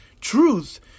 Truth